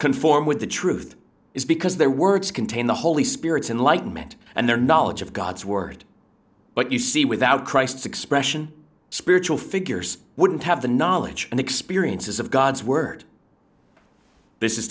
conform with the truth is because their words contain the holy spirit's enlightenment and their knowledge of god's word but you see without christ's expression spiritual figures wouldn't have the knowledge and experiences of god's word this is